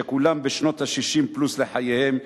שכולם בשנות ה-60 פלוס לחייהם,